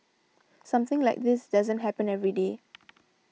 something like this doesn't happen every day